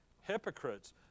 Hypocrites